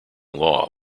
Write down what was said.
law